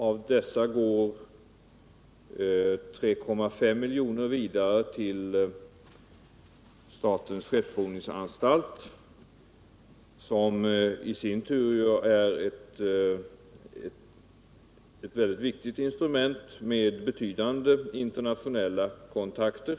Av dessa går 3,5 miljoner vidare till statens skeppsprovningsanstalt, som i sin tur är ett mycket viktigt instrument med betydande internationella kontakter.